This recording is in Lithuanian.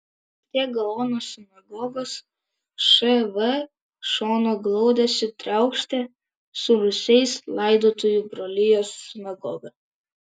prie gaono sinagogos šv šono glaudėsi triaukštė su rūsiais laidotojų brolijos sinagoga